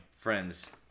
friends